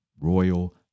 royal